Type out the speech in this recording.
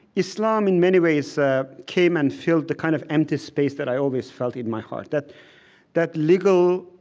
islam in many ways ah came and filled the kind of empty space that i always felt in my heart. that that legal,